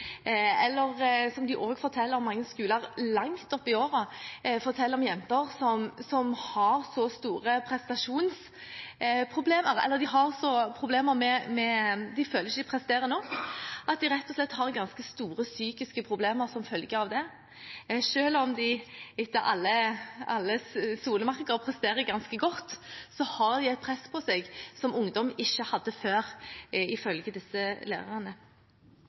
eller – som mange skoler også forteller om – det er jenter langt oppe i årene som har så store prestasjonsproblemer, eller de føler at de ikke presterer nok, at de rett og slett har ganske store psykiske problemer som følge av det. Selv om de etter alle solemerker presterer ganske godt, har de et press på seg som ungdom ikke hadde før, ifølge disse lærerne.